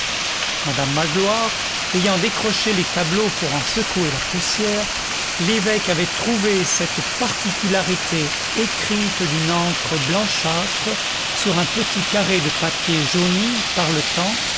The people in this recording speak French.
madame magloire ayant décroché les tableaux pour en secouer la poussière l'évêque avait trouvé cette particularité écrite d'une encre blanchâtre sur un petit carré de papier jauni par le temps